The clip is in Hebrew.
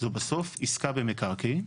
זו בסוף עסקה במקרקעין.